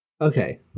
okay